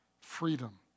freedom